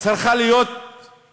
צריכה להיות האחראית,